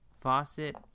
Faucet